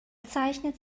zeichnet